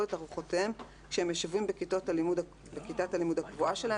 את ארוחותיהם כשהם ישובים בכיתת הלימוד הקבועה שלה,